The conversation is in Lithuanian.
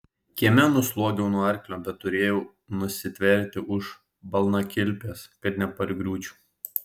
kieme nusliuogiau nuo arklio bet turėjau nusitverti už balnakilpės kad nepargriūčiau